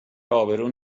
ابرو